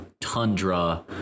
Tundra